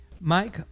Mike